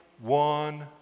One